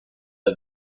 the